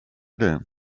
det